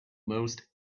most